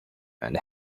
and